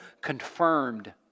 confirmed